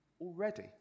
already